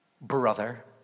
brother